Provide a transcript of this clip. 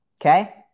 okay